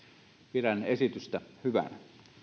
pidän esitystä hyvänä